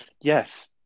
Yes